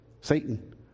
Satan